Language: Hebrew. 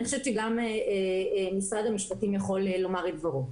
אני חושבת שגם משרד המשפטים יכול לומר את דברו.